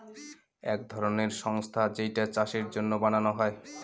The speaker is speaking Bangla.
এক ধরনের সংস্থা যেইটা চাষের জন্য বানানো হয়